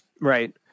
Right